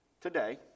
today